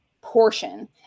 portion